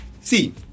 see